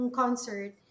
concert